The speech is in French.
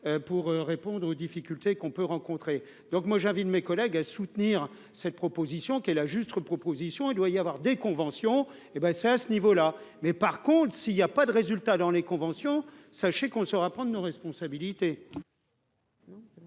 pour répondre aux difficultés qu'on peut rencontrer, donc moi j'ai envie de mes collègues à soutenir cette proposition qui est là juste proposition, il doit y avoir des conventions, hé ben c'est à ce niveau-là, mais par contre, s'il y a pas de résultats dans les conventions, sachez qu'on saura prendre nos responsabilités.